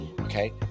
Okay